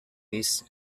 its